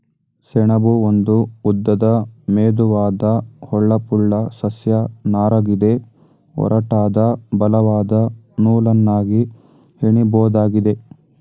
ಸೆಣಬು ಒಂದು ಉದ್ದದ ಮೆದುವಾದ ಹೊಳಪುಳ್ಳ ಸಸ್ಯ ನಾರಗಿದೆ ಒರಟಾದ ಬಲವಾದ ನೂಲನ್ನಾಗಿ ಹೆಣಿಬೋದಾಗಿದೆ